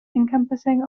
encompassing